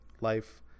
life